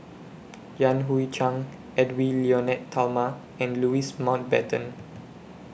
Yan Hui Chang Edwy Lyonet Talma and Louis Mountbatten